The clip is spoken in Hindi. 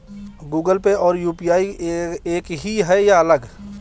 गूगल पे और यू.पी.आई एक ही है या अलग?